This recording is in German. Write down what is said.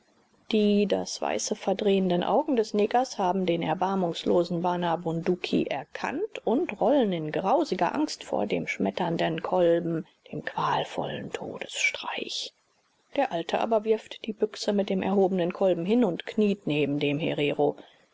die das weiße verdrehenden augen des negers haben den erbarmungslosen bana bunduki erkannt und rollen in grausiger angst vor dem schmetternden kolben dem qualvollen todesstreich der alte aber wirft die büchse mit dem erhobenen kolben hin und kniet neben dem herero